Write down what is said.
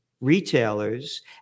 Retailers